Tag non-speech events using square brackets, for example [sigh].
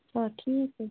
آ ٹھیٖک [unintelligible]